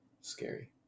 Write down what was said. Scary